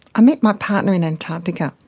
i met my partner in antarctica,